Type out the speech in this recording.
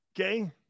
okay